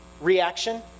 reaction